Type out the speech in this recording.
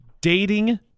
Dating